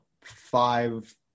five